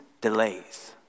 delays